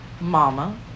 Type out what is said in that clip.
Mama